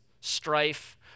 strife